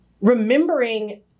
remembering